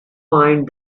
find